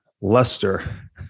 Lester